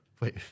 wait